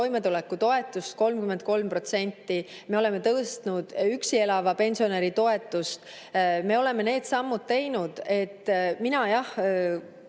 toimetulekutoetust 33%, me oleme tõstnud üksi elava pensionäri toetust. Me oleme need sammud teinud. Mina, jah,